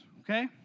Okay